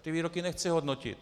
Já ty výroky nechci hodnotit.